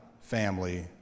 family